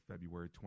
February